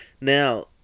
Now